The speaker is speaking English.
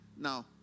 Now